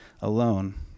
alone